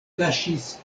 kaŝis